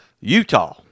Utah